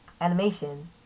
animation